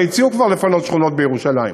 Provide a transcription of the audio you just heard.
הרי הציעו כבר לפנות שכונות בירושלים.